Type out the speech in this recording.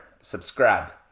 subscribe